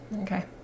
okay